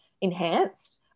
enhanced